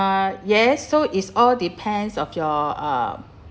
uh yes so is all depends of your uh